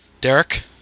Derek